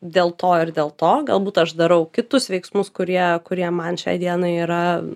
dėl to ir dėl to galbūt aš darau kitus veiksmus kurie kurie man šiai dienai yra